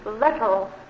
little